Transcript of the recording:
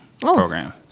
program